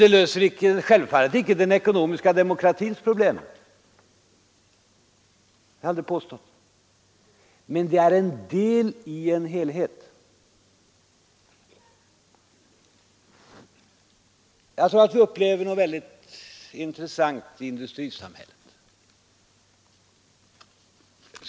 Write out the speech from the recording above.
Det löser självfallet inte den ekonomiska demokratins problem — det har jag inte påstått — men det är en del i en helhet. Jag tror att vi upplever något oerhört intressant i industrisamhället.